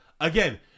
again